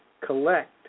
collect